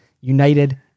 United